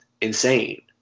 Insane